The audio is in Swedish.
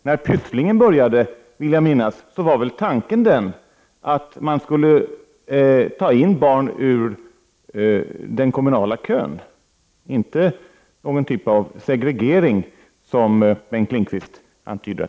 Jag vill minnas att tanken när Pysslingens verksamhet började var att man skulle ta in barn ur den kommunala kön, inte att det skulle vara någon typ av segregering, som Bengt Lindqvist antydde.